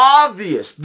obvious